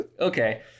Okay